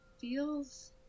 feels